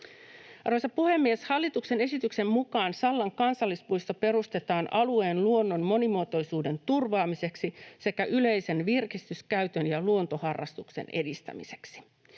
Arvoisa puhemies! Hallituksen esityksen mukaan Sallan kansallispuisto perustetaan alueen luonnon monimuotoisuuden turvaamiseksi sekä yleisen virkistyskäytön ja luontoharrastuksen edistämiseksi.